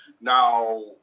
Now